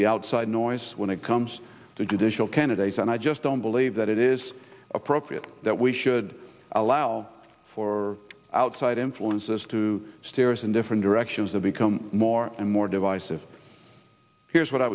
the outside noise when it comes to judicial candidates and i just don't believe that it is appropriate that we should allow for outside influences to steer is in different directions have become more and more divisive here's what i